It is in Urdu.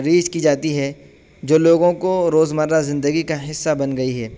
ریچ کی جاتی ہے جو لوگوں کو روزمرہ زندگی کا حصہ بن گئی ہے